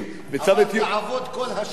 אמר: תעבוד כל השבוע.